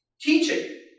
teaching